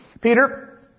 Peter